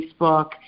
Facebook